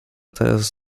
teraz